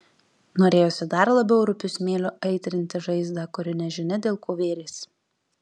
norėjosi dar labiau rupiu smėliu aitrinti žaizdą kuri nežinia dėl ko vėrėsi